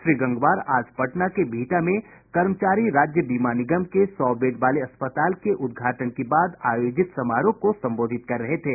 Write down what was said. श्री गंगवार आज पटना के बिहटा में कर्मचारी राज्य बीमा निगम के सौ बेड वाले अस्पताल के उद्घाटन के बाद आयोजित समारोह को संबोधित कर रहे थे